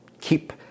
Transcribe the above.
keep